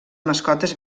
mascotes